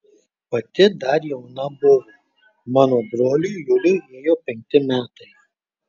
pati dar jauna buvo mano broliui juliui ėjo penkti metai